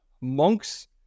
monks